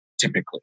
typically